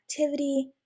activity